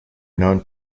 known